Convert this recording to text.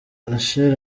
rachel